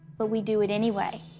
but we do it anyway.